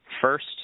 first